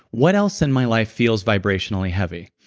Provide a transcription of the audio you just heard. what else in my life feels vibrationally heavy?